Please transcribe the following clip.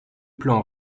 plan